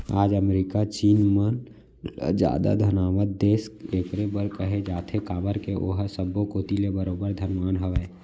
आज अमेरिका चीन मन ल जादा धनवान देस एकरे बर कहे जाथे काबर के ओहा सब्बो कोती ले बरोबर धनवान हवय